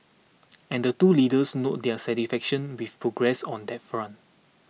and the two leaders noted their satisfaction with progress on that front